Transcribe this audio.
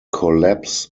collapse